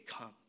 come